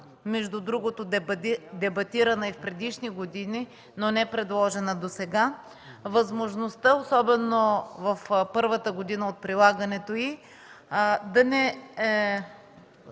между другото дебатирана и в предишни години, но непредложена досега, възможността, особено в първата година от прилагането й, част